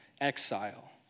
exile